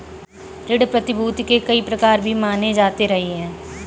ऋण प्रतिभूती के कई प्रकार भी माने जाते रहे हैं